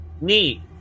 Neat